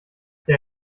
der